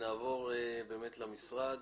נעבור למשרד.